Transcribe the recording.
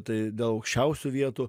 tai dėl aukščiausių vietų